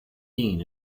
dean